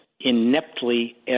ineptly